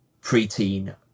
preteen